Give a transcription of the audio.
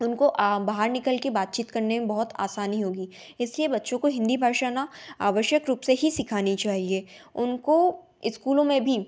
उनको बाहर निकल कर बातचीत करने में बहुत आसानी होगी इसलिए बच्चों को हिन्दी भाषा न आवश्यक रूप से ही सिखानी चाहिए उनको स्कूलों में भी